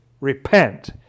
repent